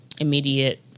immediate